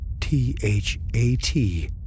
T-H-A-T